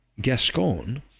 Gascon